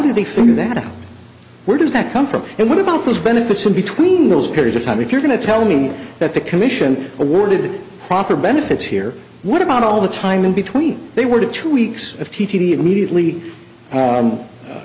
do they figure that out where does that come from and what about those benefits in between those periods of time if you're going to tell me that the commission awarded proper benefits here what about all the time in between they were due to weeks of